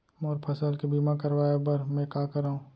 मोर फसल के बीमा करवाये बर में का करंव?